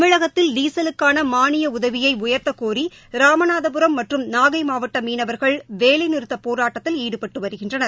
தமிழகத்தில் டீசலுக்கான மானிய உதவியை உயர்த்தக்கோரி ராமநாதபுரம் மற்றும் நாகை மாவட்ட மீனவர்கள் வேலைநிறுத்தப் போராட்டத்தில் ஈடுபட்டு வருகின்றனர்